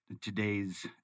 today's